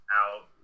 out